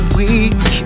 weak